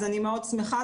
אז אני מאוד שמחה,